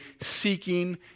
seeking